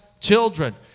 children